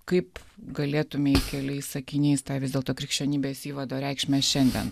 kaip galėtumei keliais sakiniais tą vis dėlto krikščionybės įvado reikšmę šiandien